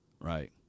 Right